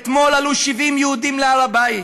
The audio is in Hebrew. אתמול עלו 70 יהודים להר-הבית,